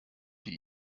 die